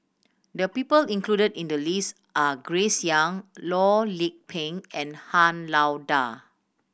the people included in the list are Grace Young Loh Lik Peng and Han Lao Da